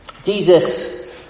Jesus